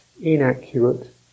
inaccurate